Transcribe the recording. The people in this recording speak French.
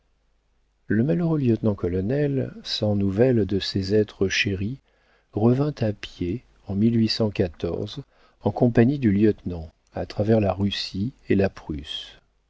le malheureux lieutenant-colonel sans nouvelles de ces êtres chéris revint à pied en en compagnie du lieutenant à travers la russie et la prusse